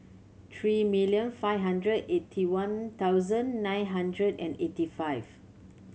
three million five hundred eighty one thousand nine hundred and eighty five